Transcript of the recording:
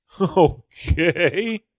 Okay